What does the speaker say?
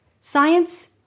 Science